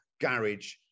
garage